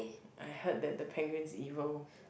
I heard that the penguin's evil